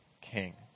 king